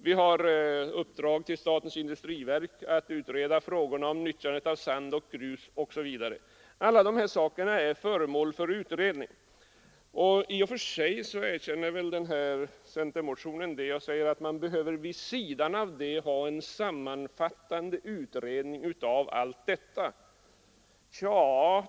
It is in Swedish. Vi har uppdragit till statens industriverk att utreda frågorna om nyttjandet av sand och grus, osv. Alla de här frågorna är alltså föremål för utredning. I och för sig erkänner man väl det i centermotionen, men man säger att det vid sidan av detta behövs en sammanfattande utredning.